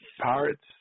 Pirates